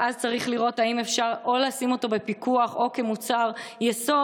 ואז צריך לראות אם אפשר או לשים אותו בפיקוח או כמוצר יסוד,